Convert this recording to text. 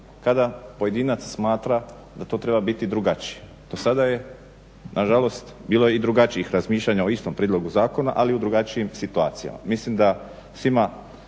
kada pojedinac smatra da to treba biti drugačije. Do sada je nažalost bilo i drugačijih razmišljanja o istom prijedlogu zakona, ali u drugačijim situacijama. Mislim da svima